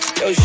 yo